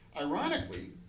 Ironically